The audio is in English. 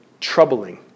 troubling